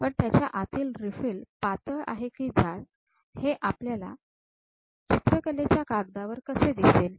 पण त्याच्या आतील रिफील पातळ आहे की जाड हे आपल्याला ह्या चित्रकलेच्या कागदावर कसे दिसेल